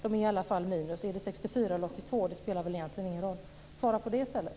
Det är i alla fall minus. Om det är 64 000 eller 82 000 spelar väl egentligen ingen roll. Svara på det i stället.